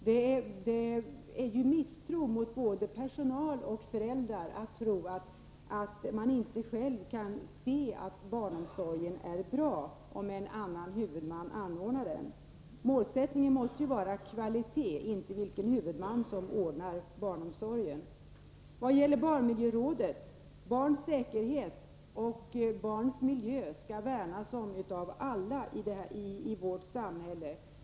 Det är ju misstro mot både personal och föräldrar att tro att de inte själva kan se att barnomsorgen är bra om en annan huvudman anordnar den. Målsättningen måste ju vara hög kvalitet oavsett vilken huvudman som ordnar barnomsorgen. Vad gäller barnmiljörådet vill jag säga att barnens säkerhet och barnens miljö skall värnas om av alla i vårt samhälle.